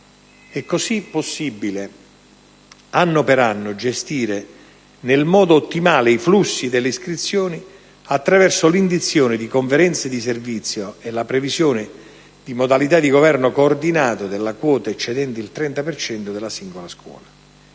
È così possibile anno per anno gestire nel modo ottimale i flussi delle iscrizioni attraverso l'indizione di conferenze di servizio e la previsione di modalità di governo coordinato della quota eccedente il 30 per cento della singola scuola.